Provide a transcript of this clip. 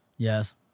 Yes